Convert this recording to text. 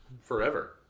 forever